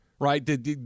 right